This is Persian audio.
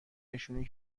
نشون